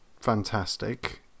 fantastic